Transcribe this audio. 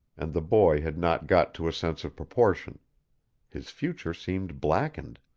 and the boy had not got to a sense of proportion his future seemed blackened.